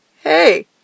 hey